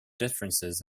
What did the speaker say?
differences